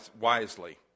wisely